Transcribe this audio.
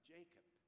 Jacob